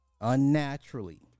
unnaturally